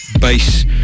bass